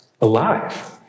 alive